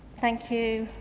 thank you.